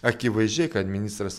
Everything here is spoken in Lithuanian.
akivaizdžiai kad ministras